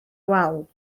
wal